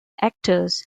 actors